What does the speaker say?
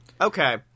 okay